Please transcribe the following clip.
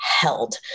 held